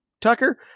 Tucker